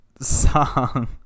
song